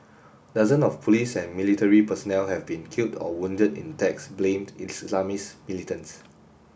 dozen of police and military personnel have been killed or wounded in attacks blamed on Islamist militants